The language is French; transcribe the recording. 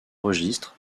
registre